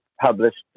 published